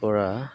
পৰা